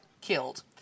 killed